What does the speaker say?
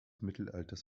mittelalters